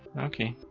okay,